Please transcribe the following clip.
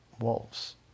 wolves